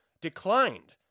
declined